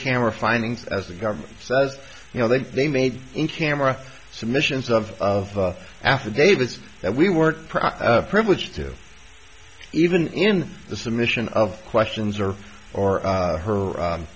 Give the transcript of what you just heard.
camera findings as the government says you know that they made in camera submissions of of affidavits that we were privileged to even in the submission of questions or or her